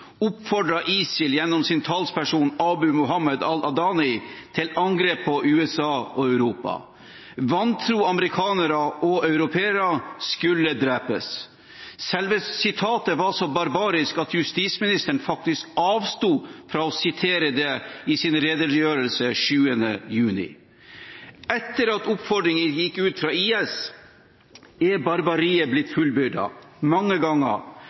oppfordret ISIL gjennom sin talsperson Abu Muhammad al-Adnani til angrep på USA og Europa. Vantro amerikanere og europeere skulle drepes. Selve oppfordringen var så barbarisk at justisministeren faktisk avsto fra å sitere den i sin redegjørelse 7. juni. Etter at oppfordringen gikk ut fra IS, er barbariet blitt fullbyrdet mange ganger,